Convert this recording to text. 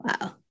wow